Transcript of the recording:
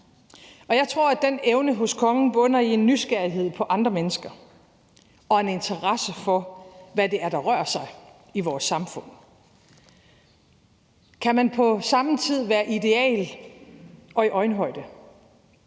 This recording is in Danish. Og jeg tror, at den evne hos kongen bunder i en nysgerrighed på andre mennesker og en interesse for, hvad det er, der rører sig i vores samfund. Kl. 10:14 Kan man på samme tid være ideal og i øjenhøjde,